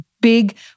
big